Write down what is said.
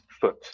foot